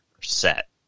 set